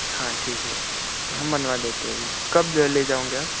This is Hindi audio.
हाँ ठीक है हम बनवा देते हैं अभी कब जो ले जाओगे आप